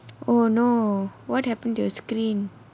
oh no what happened to your screen